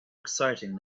exciting